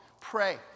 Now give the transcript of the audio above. Pray